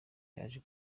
yaje